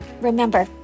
Remember